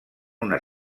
una